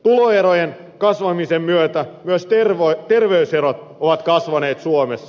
tuloerojen kasvamisen myötä myös terveyserot ovat kasvaneet suomessa